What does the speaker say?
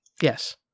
Yes